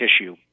tissue